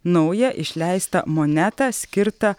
naują išleistą monetą skirtą